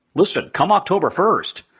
listen, come october first,